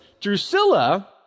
Drusilla